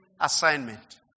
assignment